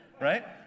right